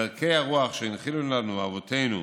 על ערכי הרוח שהנחילו לנו אבותינו,